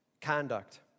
Conduct